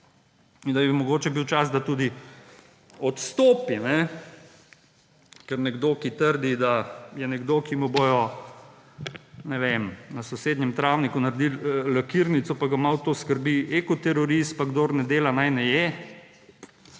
in da bi mogoče bil čas, da tudi odstopi, ker nekdo, ki trdi, da je nekdo, ki mu bodo, ne vem, na sosednje travniku naredili lakirnico pa ga malo to skrbi, »ekoterorist«, pa »kdor ne dela, naj ne je«,